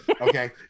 okay